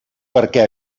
perquè